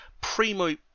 Primo